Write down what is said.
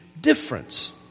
difference